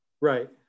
Right